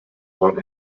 were